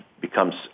becomes